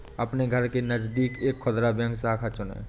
अपने घर के नजदीक एक खुदरा बैंक शाखा चुनें